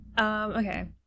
okay